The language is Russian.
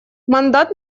мандат